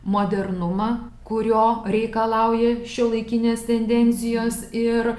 modernumą kurio reikalauja šiuolaikinės tendencijos ir